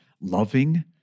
loving